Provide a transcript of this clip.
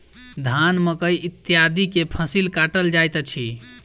धान, मकई इत्यादि के फसिल काटल जाइत अछि